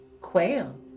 quail